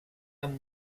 amb